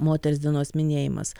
moters dienos minėjimas